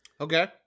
okay